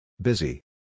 Busy